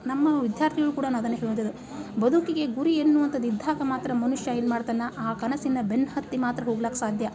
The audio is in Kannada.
ನಮ್ಮ ವಿದ್ಯಾರ್ಥಿಗಳು ಕೂಡ ನಾ ಅದನ್ನೇ ಹೇಳುವಂಥದ್ದು ಬದುಕಿಗೆ ಗುರಿ ಎನ್ನುವಂಥದ್ದು ಇದ್ದಾಗ ಮಾತ್ರ ಮನುಷ್ಯ ಏನು ಮಾಡ್ತಾನೆ ಆ ಕನಸಿನ ಬೆನ್ನು ಹತ್ತಿ ಮಾತ್ರ ಹೋಗ್ಲಕ್ಕ ಸಾಧ್ಯ